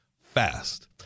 Fast